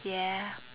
ya